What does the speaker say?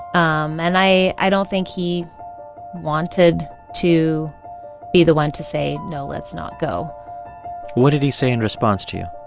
um and i i don't think he wanted to be the one to say, no. let's not go what did he say in response to you?